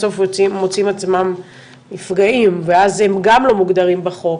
בסוף מוצאים עצמם נפגעים ואז הם גם לא מוגדרים בחוק,